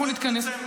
אנחנו נבוא בדצמבר.